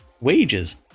wages